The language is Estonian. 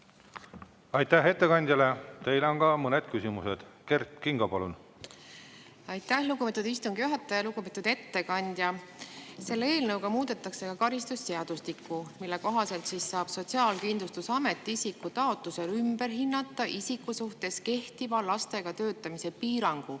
Aitäh ettekandjale! Teile on ka mõned küsimused. Kert Kingo, palun! Aitäh, lugupeetud istungi juhataja! Lugupeetud ettekandja! Selle eelnõuga muudetakse ka karistusseadustikku, mille kohaselt saab Sotsiaalkindlustusamet hinnata isiku taotlusel ümber tema suhtes kehtiva lastega töötamise piirangu